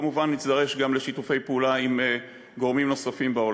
כמובן נידרש גם לשיתופי פעולה עם גורמים נוספים בעולם.